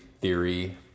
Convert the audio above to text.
theory